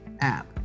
app